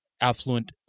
affluent